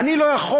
אני לא יכול.